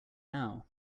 now